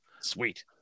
Sweet